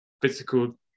physical